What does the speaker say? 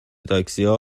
تاکسیا